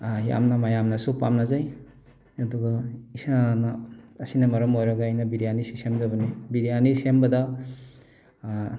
ꯌꯥꯝꯅ ꯃꯌꯥꯝꯅꯁꯨ ꯄꯥꯝꯅꯖꯩ ꯑꯗꯨꯒ ꯏꯁꯥꯅ ꯑꯁꯤꯅ ꯃꯔꯝ ꯑꯣꯏꯔꯒ ꯑꯩꯅ ꯕꯤꯔꯌꯥꯅꯤꯁꯦ ꯁꯦꯝꯖꯕꯅꯤ ꯕꯤꯔꯌꯥꯅꯤ ꯁꯦꯝꯕꯗ